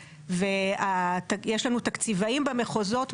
ויש לנו תקציבאים במחוזות,